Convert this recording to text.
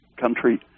country